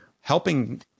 helping